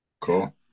Cool